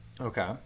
Okay